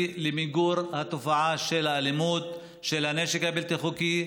למיגור התופעה של האלימות ושל הנשק הבלתי חוקי.